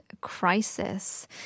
crisis